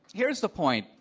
here is the point.